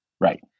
Right